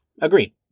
Agreed